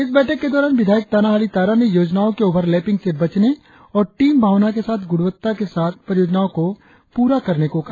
इस बैठक के दौरान विधायक ताना हाली तारा ने योजनाओं के ओवर लेपिंग से बचने और टीम भावना के साथ गुणवत्ता के साथ परियोजनाओं को पूरा करने को कहा